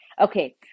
Okay